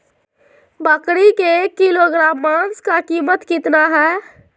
बकरी के एक किलोग्राम मांस का कीमत कितना है?